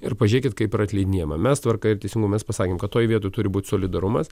ir pažiūrėkit kaip yra atleidinėjama mes tvarka ir teisingumas mes pasakėm kad toj vietoj turi būt solidarumas